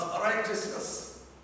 righteousness